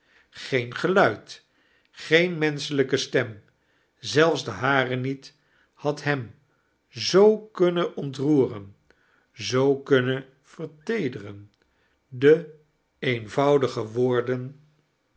geen geluid geem roemischelijke stem zalfs de hare niet had hem zoo kunnen ontroeren zoo kuiinen verfceederen be eenvoudige woordeu